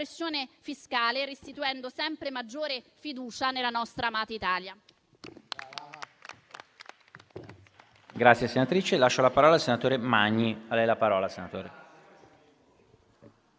pressione fiscale, restituendo sempre maggiore fiducia alla nostra amata Italia.